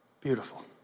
Beautiful